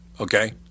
okay